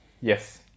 Yes